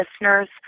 listeners